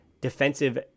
defensive